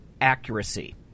accuracy